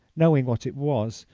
knowing what it was,